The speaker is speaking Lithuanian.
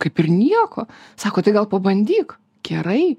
kaip ir nieko sako tai gal pabandyk gerai